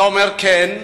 אתה אומר: כן,